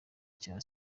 cya